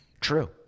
True